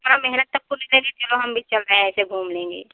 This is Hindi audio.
इतना मेहनत तो चलो हम भी चल रहे हैं ऐसे घूम लेंगे